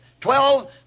Twelve